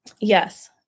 Yes